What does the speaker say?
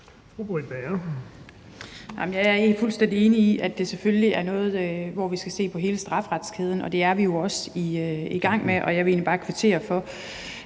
Jeg er fuldstændig enig i, at vi selvfølgelig skal se på hele straffesagskæden, og det er vi jo også i gang med. Jeg vil egentlig bare kvittere for,